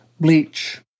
bleach